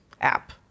app